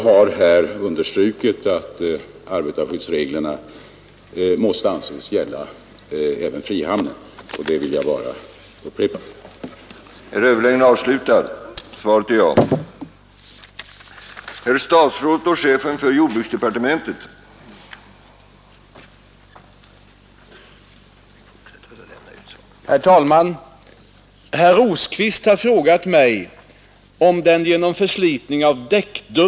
Jag har understrukit att arbetarskyddsreglerna måste anses gälla även frihamnen, och det vill jag bara upprepa.